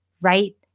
right